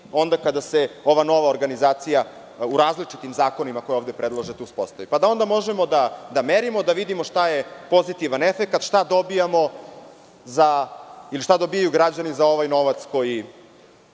onda kada se ova nova organizacija u različitim zakonima koje ovde predlažete, uspostavi? Onda možemo da merimo, da vidimo šta je pozitivan efekat, šta dobijamo, ili šta dobijaju građani za ovaj novac koji